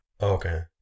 Okay